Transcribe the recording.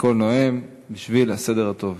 לכל נואם בשביל הסדר הטוב.